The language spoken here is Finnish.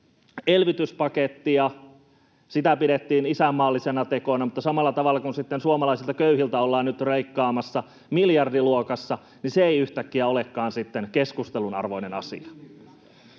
elvytyspakettia, sitä pidettiin isänmaallisena tekona. Mutta samalla tavalla kuin suomalaisilta köyhiltä ollaan nyt leikkaamassa miljardiluokassa, se ei yhtäkkiä olekaan sitten keskustelun arvoinen asia.